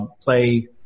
Play